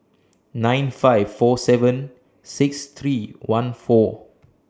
nine five four seven six three one four